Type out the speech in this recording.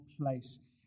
place